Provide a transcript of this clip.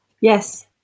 Yes